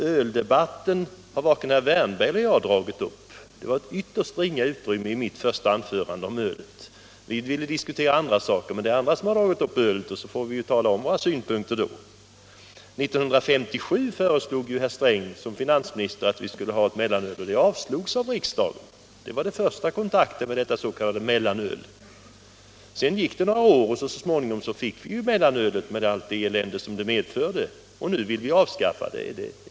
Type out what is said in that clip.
Öldebatten har varken herr Wärnberg eller jag dragit upp. Jag ägnade ytterst ringa utrymme i mitt första anförande åt ölet. Vi ville diskutera andra saker, men andra talare har tagit upp ölfrågan och då har vi ju framfört våra synpunkter. 1957 föreslog herr Sträng som finansminister att vi skulle ha ett mellanöl, men det förslaget avslogs av riksdagen. Det var den första kontakten med detta s.k. mellanöl. Sedan gick det några år, och vi fick mellanölet med allt det elände som det medförde, och nu vill vi avskaffa det.